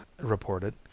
reported